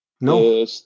No